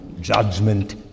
judgment